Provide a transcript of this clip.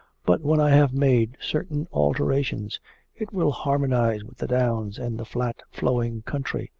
but when i have made certain alterations it will harmonise with the downs and the flat flowing country,